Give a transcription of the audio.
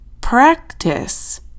Practice